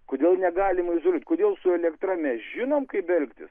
kodėl negalima izoliuot kodėl su elektra mes žinom kaip elgtis